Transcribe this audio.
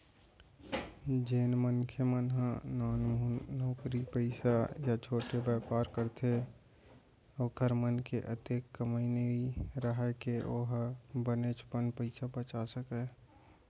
जेन मनखे मन ह नानमुन नउकरी पइसा या छोटे बयपार करथे ओखर मन के अतेक कमई नइ राहय के ओ ह बनेचपन पइसा बचा सकय